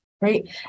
right